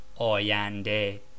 oyande